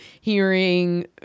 hearing